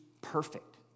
perfect